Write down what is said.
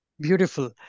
Beautiful